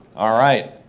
all right,